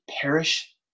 perish